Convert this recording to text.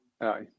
Aye